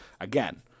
Again